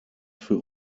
für